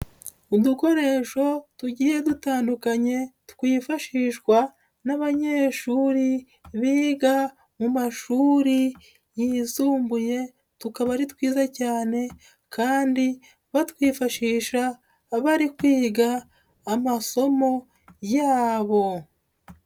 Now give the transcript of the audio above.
Udukoresho tugiye dutandukanye twifashishwa n'abanyeshuri biga mu mashuri yisumbuye, tukaba ari twiza cyane kandi batwifashisha abari kwiga amasomo yabo.